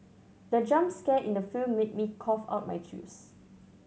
the jump scare in the film made me cough out my juice